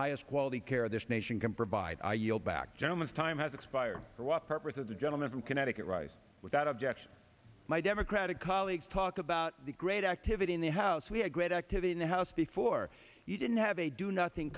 highest quality care this nation can provide i yield back gentleman's time has expired for what purpose of the gentleman from connecticut rice without objection my democratic colleagues talk about the great activity in the house we had great activity in the house before you didn't have a do nothing